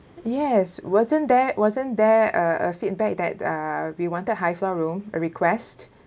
yes wasn't there wasn't there a a feedback that uh we wanted high floor room a request